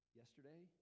yesterday